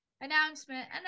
Announcement